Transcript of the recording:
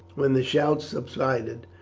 when the shout subsided,